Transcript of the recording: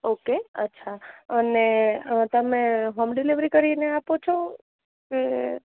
okay અચ્છા અને તમે હોમ ડિલિવરી કરીને આપો છો કે